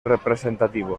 representativo